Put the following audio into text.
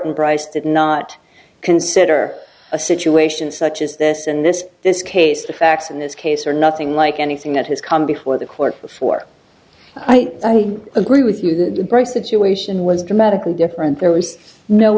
unpriced did not consider a situation such as this and this this case the facts in this case are nothing like anything that has come before the court before i agree with you the situation was dramatically different there was no